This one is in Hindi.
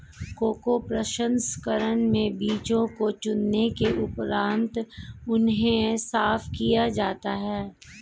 कोको प्रसंस्करण में बीजों को चुनने के उपरांत उन्हें साफ किया जाता है